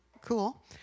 cool